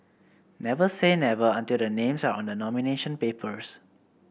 never say never until the names are on the nomination papers